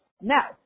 Now